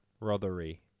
Rothery